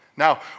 Now